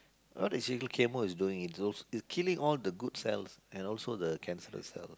what is even chemo is doing it's killing all the good cells and also the cancerous cells